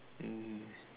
mm